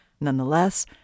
Nonetheless